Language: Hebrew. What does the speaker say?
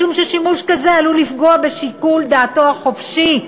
משום ששימוש כזה עלול לפגוע בשיקול דעתו החופשי,